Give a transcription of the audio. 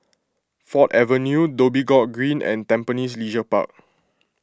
Ford Avenue Dhoby Ghaut Green and Tampines Leisure Park